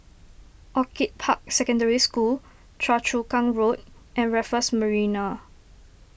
Orchid Park Secondary School Choa Chu Kang Road and Raffles Marina